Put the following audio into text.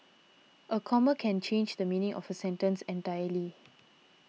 a comma can change the meaning of a sentence entirely